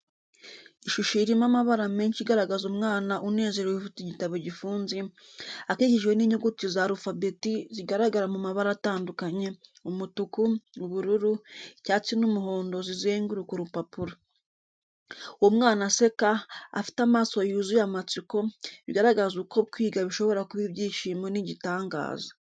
Ishusho irimo amabara menshi igaragaza umwana unezerewe ufite igitabo gifunze, akikijwe n’inyuguti za arufabeti zigaragara mu mabara atandukanye: umutuku, ubururu, icyatsi n’umuhondo zizenguruka urupapuro. Uwo mwana aseka, afite amaso yuzuye amatsiko, bigaragaza uko kwiga bishobora kuba ibyishimo n’igitangaza.